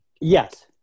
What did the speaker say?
Yes